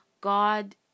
God